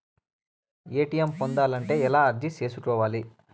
ATM పొందాలంటే ఎలా అర్జీ సేసుకోవాలి?